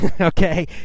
Okay